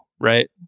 Right